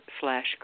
slash